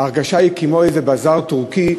ההרגשה היא כמו איזה בזאר טורקי: